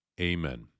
Amen